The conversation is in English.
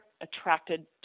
attracted